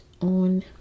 on